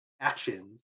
actions